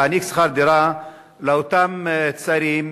תעניק שכר דירה לאותם צעירים,